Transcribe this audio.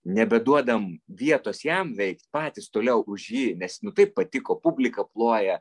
nebeduodam vietos jam veikt patys toliau už jį nes nu taip patiko publika ploja